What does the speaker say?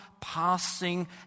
passing